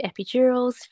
epidurals